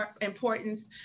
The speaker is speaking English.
importance